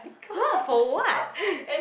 !huh! for what